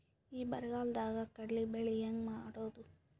ಈ ಬರಗಾಲದಾಗ ಕಡಲಿ ಬೆಳಿ ಹೆಂಗ ಮಾಡೊದು?